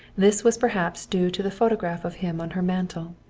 this was perhaps due to the photograph of him on her mantel.